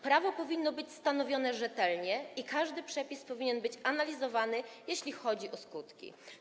Prawo powinno być stanowione rzetelnie i każdy przepis powinien być analizowany, jeśli chodzi o skutki.